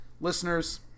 listeners